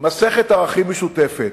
מסכת ערכים משותפת.